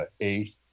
eight